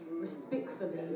respectfully